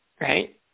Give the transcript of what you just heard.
Right